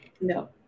No